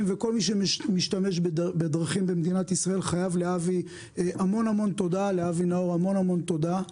וכל מי שמשתמש בדרכים במדינת ישראל חייב לאבי נאור המון-המון תודה.